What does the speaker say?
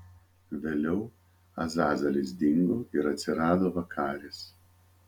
vėliau azazelis dingo ir atsirado vakaris